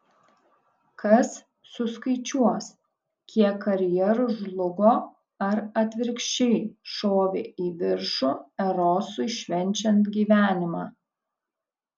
kas suskaičiuos kiek karjerų žlugo ar atvirkščiai šovė į viršų erosui švenčiant gyvenimą